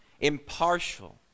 impartial